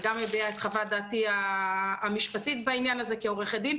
אני גם אביע את חוות דעתי המשפטית בעניין הזה כעורכת דין.